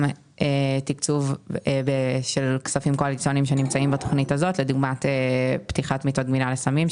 ותקצוב של כספים קואליציוניים כדוגמת פתיחת מיטות לגמילה מסמים,